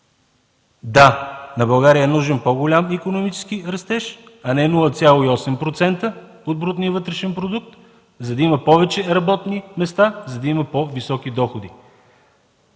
Да, на България е нужен по-голям икономически растеж, а не 0,8% от брутния вътрешен продукт, за да има повече работни места, за да има по-високи доходи.